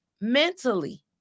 mentally